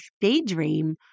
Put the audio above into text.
daydream